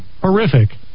Horrific